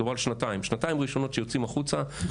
מדובר על שנתיים ראשונות שבהן יוצאים החוצה בצ'יק.